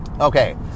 Okay